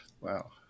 wow